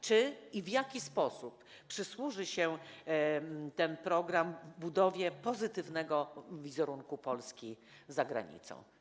Czy i w jaki sposób przysłuży się ten program budowie pozytywnego wizerunku Polski za granicą?